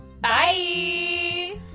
bye